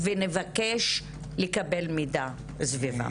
ונבקש לקבל מידע סבירה.